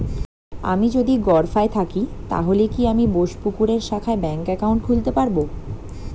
আমি যদি গরফায়ে থাকি তাহলে কি আমি বোসপুকুরের শাখায় ব্যঙ্ক একাউন্ট খুলতে পারবো?